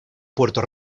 puerto